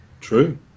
True